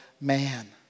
man